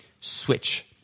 switch